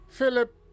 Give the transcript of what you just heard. Philip